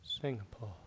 Singapore